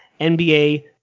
nba